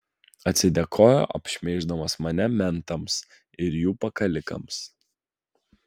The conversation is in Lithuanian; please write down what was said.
atsidėkojo apšmeiždamas mane mentams ir jų pakalikams